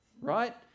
right